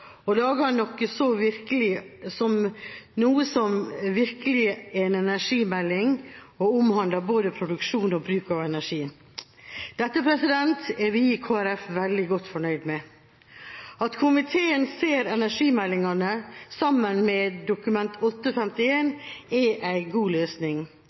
og laget noe som virkelig er en energimelding, og som omhandler både produksjon og bruk av energi. Dette er vi i Kristelig Folkeparti veldig godt fornøyd med. At komiteen ser energimeldingene sammen med Dokument 8:51, er en god løsning.